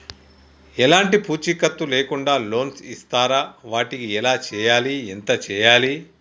ఎలాంటి పూచీకత్తు లేకుండా లోన్స్ ఇస్తారా వాటికి ఎలా చేయాలి ఎంత చేయాలి?